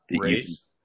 Race